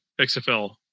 XFL